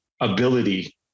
ability